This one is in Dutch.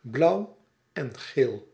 blauw en geel